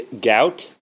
gout